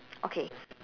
okay